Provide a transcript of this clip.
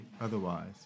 otherwise